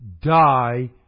die